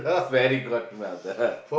fairy god mother